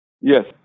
Yes